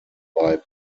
bei